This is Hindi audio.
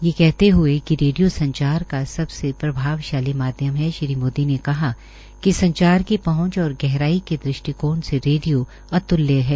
ये कहते हऐ कि रेडियो संचार का सबसे प्रभावशाली माध्यम है श्री मोदी ने कहा कि संचार की पहंच और गहराई के दृष्टिकोण से रेडियो अत्ल्य है